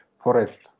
forest